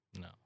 No